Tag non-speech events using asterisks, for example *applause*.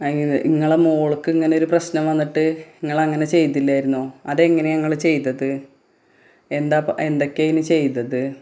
*unintelligible* ഇങ്ങളെ മോൾക്ക് ഇങ്ങനെ ഒരു പ്രശ്നം വന്നിട്ട് ഇങ്ങളങ്ങനെ ചെയ്തില്ലായിരുന്നോ അതെങ്ങനെയാണ് നിങ്ങൾ ചെയ്തത് എന്താ ഇപ്പം എന്തൊക്കെയാണ് അതിന് ചെയ്തത്